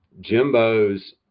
Jimbo's